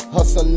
Hustle